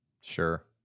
Sure